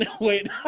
wait